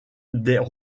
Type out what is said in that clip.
des